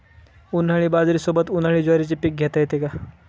उन्हाळी बाजरीसोबत, उन्हाळी ज्वारीचे पीक घेता येते का?